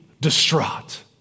distraught